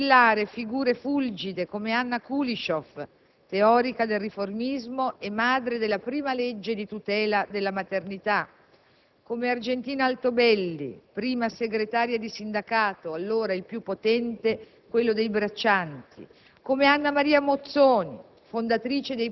che ha visto brillare figure fulgide come Anna Kuliscioff, teorica del riformismo e madre della prima legge di tutela della maternità, come Argentina Altobelli, prima segretaria del sindacato dei braccianti (allora il più potente), come Anna Maria Mozzoni,